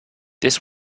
this